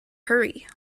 hurry